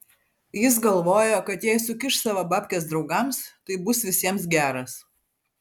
jis galvojo kad jei sukiš savo babkes draugams tai bus visiems geras